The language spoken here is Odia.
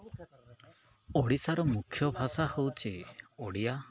ଓଡ଼ିଶାର ମୁଖ୍ୟ ଭାଷା ହଉଛି ଓଡ଼ିଆ